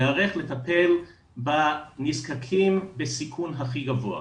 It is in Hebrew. להיערך לטפל בנזקקים בסיכון הכי גבוה,